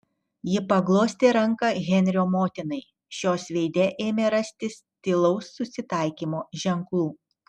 ji paglostė ranką henrio motinai šios veide ėmė rastis tylaus susitaikymo ženklų